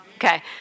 Okay